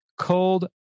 cold